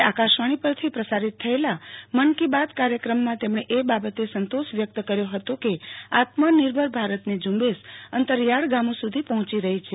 આજે આકાશવાણી પરથી પ્રસારિત થયેલા મન કી બાત કાર્યક્રમમાં તેમણે એ બાબતે સંતોષ વ્યક્ત કર્યો હતો કે આત્મનિર્ભર ભારતની ઝુંબેશ અંતરીયાળ ગામો સુધી પહોંચી રહી છે